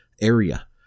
area